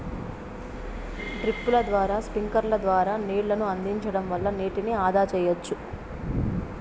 డ్రిప్పుల ద్వారా స్ప్రింక్లర్ల ద్వారా నీళ్ళను అందించడం వల్ల నీటిని ఆదా సెయ్యచ్చు